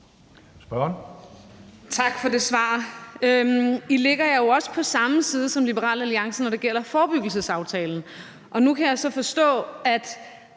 Tak for det svar. I lægger jer jo også på samme side som Liberal Alliance, når det gælder forebyggelsesaftalen, og nu kan jeg så forstå, at